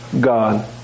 God